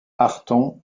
arthon